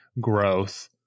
growth